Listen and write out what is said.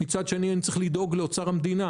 מצד שני אני צריך לדאוג לאוצר המדינה.